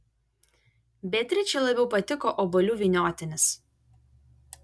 beatričei labiau patiko obuolių vyniotinis